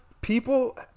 People